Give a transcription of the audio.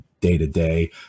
day-to-day